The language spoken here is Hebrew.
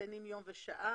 מציינים יום ושעה,